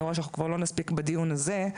אני רואה שאתה כבר לא נספיק בדיון הזה.